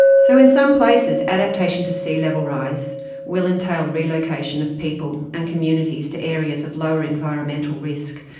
so in some places, adaptation to sea-level rise will entail relocation of people and communities to areas of lower environmental risk.